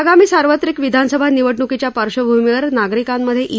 आगामी सार्वत्रिक विधानसभा निवडणूकीच्या पार्श्वभूमीवर नागरिकांमध्ये ई